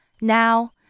Now